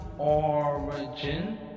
origin